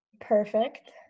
perfect